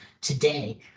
today